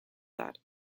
that